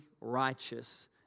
righteous